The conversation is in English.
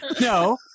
no